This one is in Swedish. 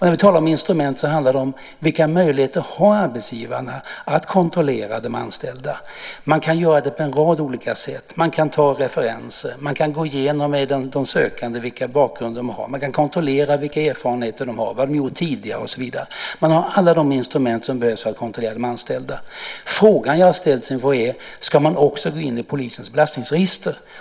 När vi talar om instrument handlar det om vilka möjligheter arbetsgivarna har att kontrollera de anställda. Man kan göra det på en rad olika sätt. Man kan ta referenser. Man kan gå igenom med de sökande vilken bakgrund de har. Man kan kontrollera vilka erfarenheter de har, vad de gjort tidigare och så vidare. Man har alla de instrument som behövs för att kontrollera de anställda. Frågan jag har ställts inför är: Ska man också gå in i polisens belastningsregister?